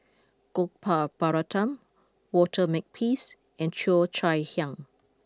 Gopal Baratham Walter Makepeace and Cheo Chai Hiang